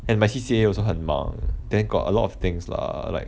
and my C_C_A also 很忙 then got a lot of things lah like